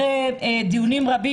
אחרי דיונים רבים,